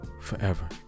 forever